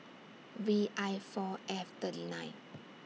V I four F thirty nine